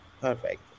Perfect